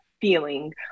feeling